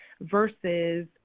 versus